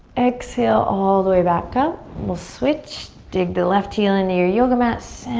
exhale all the way back up. we'll switch. dig the left heel into your yoga mat.